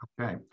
Okay